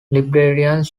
librarians